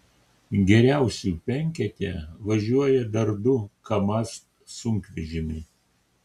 geriausių penkete važiuoja dar du kamaz sunkvežimiai